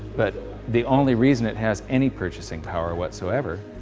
but the only reason it has any purchasing power whatsoever,